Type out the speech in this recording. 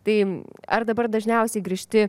tai ar dabar dažniausiai grįžti